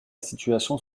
situation